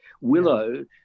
Willow